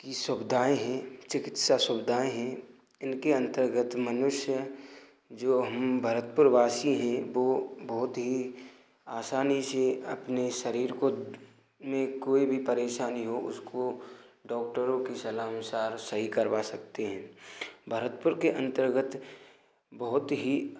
की सुविधाएं हैं चिकित्सा सुविधाएं हैं इनके अंतर्गत मनुष्य जो हम भरतपुर वासी है वो बहुत ही आसानी से अपने शरीर को में कोई भी परेशानी हो उसको डॉक्टरों की सलाहनुसार सही करवा सकते हैं भरतपुर के अंतर्गत बहुत ही